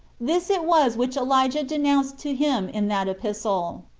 this it was which elijah denounced to him in that epistle.